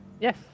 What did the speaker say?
yes